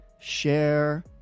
share